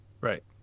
Right